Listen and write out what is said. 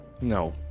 No